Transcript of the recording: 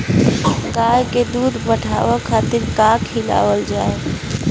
गाय क दूध बढ़ावे खातिन का खेलावल जाय?